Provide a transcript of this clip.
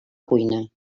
cuina